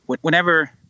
whenever